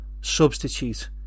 substitute